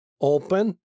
open